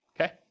okay